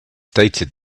stated